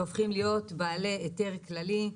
והופכים להיות בעלי היתר כללי.